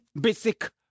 basic